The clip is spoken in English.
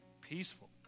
peaceful